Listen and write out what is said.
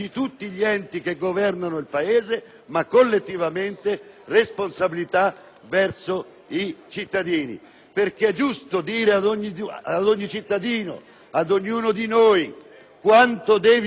verso i cittadini. Infatti, è giusto dire ad ogni cittadino, ad ognuno di noi, quanto deve pagare al Comune e per che cosa, quanto alla Provincia e per che cosa,